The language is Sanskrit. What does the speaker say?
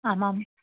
आमाम्